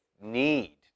need